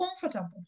comfortable